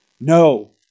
No